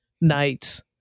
nights